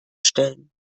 stellen